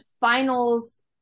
finals